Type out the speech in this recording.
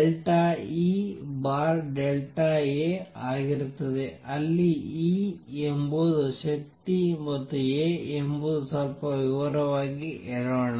∂E∂A ಆಗಿರುತ್ತದೆ ಅಲ್ಲಿ E ಎಂಬುದು ಶಕ್ತಿ ಮತ್ತು A ಎಂಬುದನ್ನು ಸ್ವಲ್ಪ ವಿವರವಾಗಿ ಹೇಳೋಣ